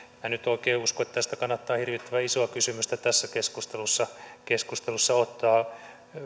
en nyt oikein usko että tästä kannattaa hirvittävän isoa kysymystä tässä keskustelussa keskustelussa ottaa